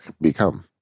become